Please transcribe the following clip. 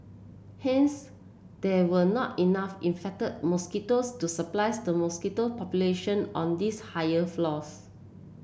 hence there were not enough infected mosquitoes to surprised the mosquito population on these higher floors